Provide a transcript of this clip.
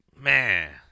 Man